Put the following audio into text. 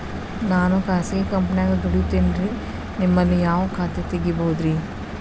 ನಾನು ಖಾಸಗಿ ಕಂಪನ್ಯಾಗ ದುಡಿತೇನ್ರಿ, ನಿಮ್ಮಲ್ಲಿ ಯಾವ ಖಾತೆ ತೆಗಿಬಹುದ್ರಿ?